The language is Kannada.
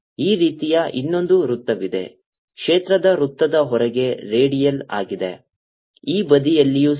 ಈ ರೀತಿಯ ಇನ್ನೊಂದು ವೃತ್ತವಿದೆ ಕ್ಷೇತ್ರದ ವೃತ್ತದ ಹೊರಗೆ ರೇಡಿಯಲ್ ಆಗಿದೆ ಈ ಬದಿಯಲ್ಲಿಯೂ ಸಹ